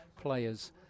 players